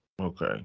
Okay